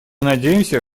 надеемся